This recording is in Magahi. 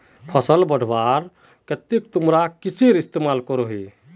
फसल बढ़वार केते तुमरा किसेर इस्तेमाल करोहिस?